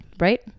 Right